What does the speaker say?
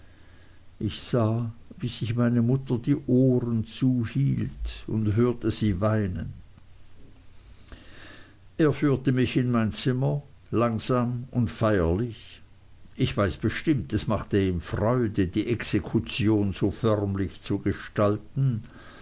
ich sah wie sich meine mutter die ohren zuhielt und hörte sie weinen er führte mich in mein zimmer langsam und feierlich ich weiß bestimmt es machte ihm freude die exekution so förmlich zu gestalten